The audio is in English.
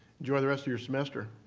enjoy the rest of your semester.